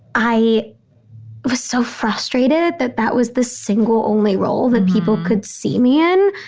i was so frustrated that that was the single only role that people could see me in,